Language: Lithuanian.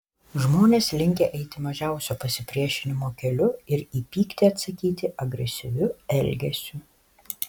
žmonės linkę eiti mažiausio pasipriešinimo keliu ir į pyktį atsakyti agresyviu elgesiu